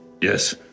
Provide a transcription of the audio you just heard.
Yes